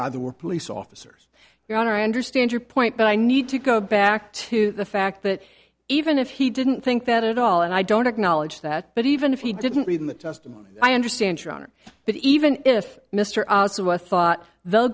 rather were police officers your honor i understand your point but i need to go back to the fact that even if he didn't think that at all and i don't acknowledge that but even if he didn't read in the testimony i understand your honor but even if mr also were thought they'll